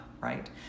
right